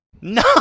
No